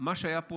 מה שהיה פה,